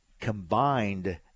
combined